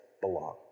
belong